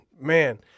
Man